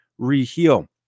reheal